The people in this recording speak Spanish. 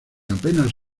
apenas